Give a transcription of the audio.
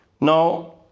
Now